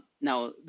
now